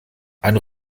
ein